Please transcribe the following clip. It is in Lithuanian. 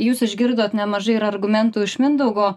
jūs išgirdote nemažai ir argumentų iš mindaugo